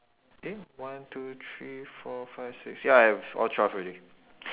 eh one two three four five six ya I have all twelve already